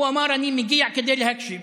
הוא אמר: אני מגיע כדי להקשיב,